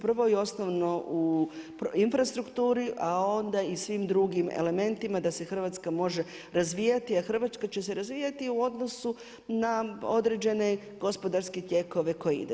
Prvo i osnovno u infrastrukturi, a onda i svim drugim elementima da se Hrvatska može razvijati, a Hrvatska će se razvijati u odnosu na određene gospodarske tijekove koje ide.